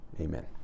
Amen